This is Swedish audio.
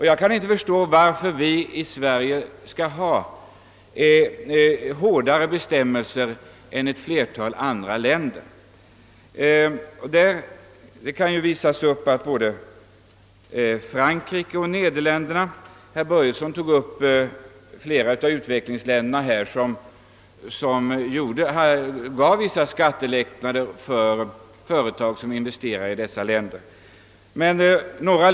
Jag kan inte förstå varför vi i Sverige skall ha hårdare bestämmelser än man har i ett flertal andra länder. Som exempel kan anföras Frankrike och Nederländerna, där man har fullständig skattebefrielse för vinster på utländska filialer och dotterbolag.